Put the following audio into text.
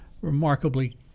remarkably